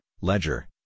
Ledger